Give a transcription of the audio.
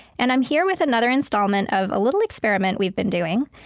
and i'm here with another installment of a little experiment we've been doing.